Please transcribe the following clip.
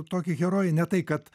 tokį herojį ne tai kad